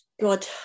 God